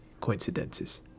coincidences